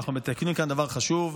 ואנחנו מתקנים כאן דבר חשוב,